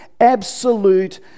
absolute